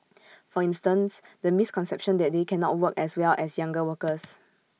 for instance the misconception that they cannot work as well as younger workers